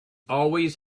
always